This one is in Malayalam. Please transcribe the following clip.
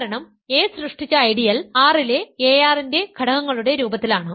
കാരണം a സൃഷ്ടിച്ച ഐഡിയൽ R ലെ ar ന്റെ ഘടകങ്ങളുടെ രൂപത്തിലാണ്